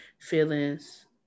feelings